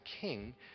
king